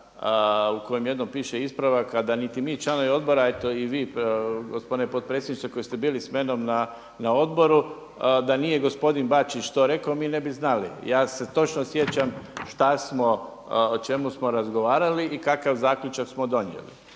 u kojem jednom piše ispravak a da niti mi članovi odbora a eto i vi gospodine potpredsjedniče koji ste bili samnom na odboru da nije gospodin Bačić to rekao mi ne bi znali. Ja se točno sjećam šta smo, o čemu smo razgovarali i kakav zaključak smo donijeli.